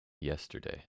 Yesterday